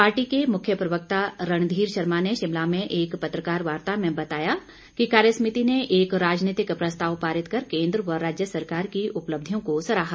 party के मुख्य प्रवक्ता रणधीर शर्मा ने शिमला में एक पत्रकार वार्ता में बताया कि कार्यसमिति ने एक राजनीतिक प्रस्ताव पारित कर केंद्र व राज्य सरकार की उपलब्धियों को सराहा